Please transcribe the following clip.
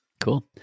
Cool